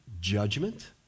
judgment